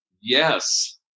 Yes